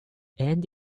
and